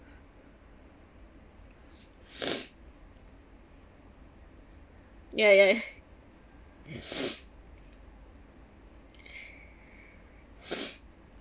ya ya